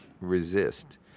resist